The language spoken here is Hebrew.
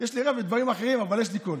יש לי רב לדברים אחרים, אבל יש לי כול.